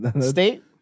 State